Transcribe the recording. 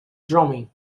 drumming